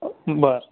बरं